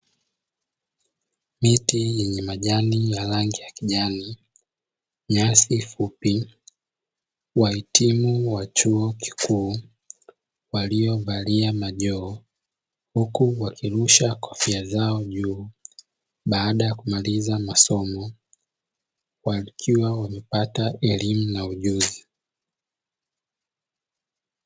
Miti yenye majani ya rangi ya kijani nyasi fupi wahitimu wa chuo kikuu waliovalia majoho, huku wakirusha kofia zao juu baada ya kumaliza masomo wakiwa wamepata elimu na ujuzi.